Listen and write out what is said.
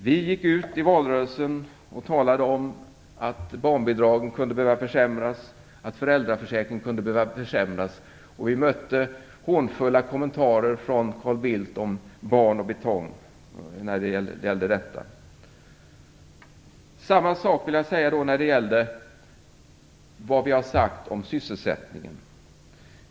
Vi talade i valrörelsen om att barnbidragen och föräldraförsäkringen kunde behöva försämras, och vi mötte hånfulla kommentarer från Carl Bildt om barn och betong när det gällde detta. Samma sak gäller vad vi har sagt om sysselsättningen.